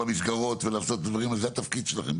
המסגרות ולעשות את הדברים וזה התפקיד שלכם,